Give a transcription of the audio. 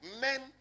Men